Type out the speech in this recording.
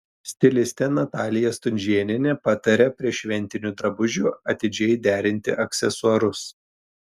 stilistė natalija stunžėnienė pataria prie šventinių drabužių atidžiai derinti aksesuarus